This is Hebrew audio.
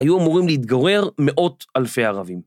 היו אמורים להתגורר מאות אלפי ערבים.